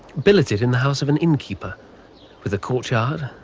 billeted in the house of an innkeeper with a courtyard,